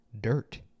Dirt